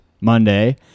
Monday